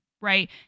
right